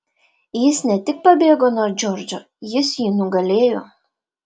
jis ne tik pabėgo nuo džordžo jis jį nugalėjo